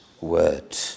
word